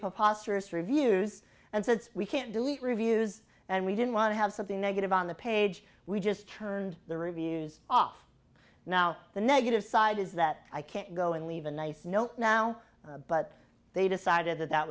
preposterous reviews and said we can't delete reviews and we didn't want to have something negative on the page we just turned the reviews off now the negative side is that i can't go and leave a nice note now but they decided that that